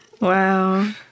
Wow